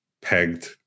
pegged